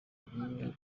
bagiye